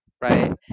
right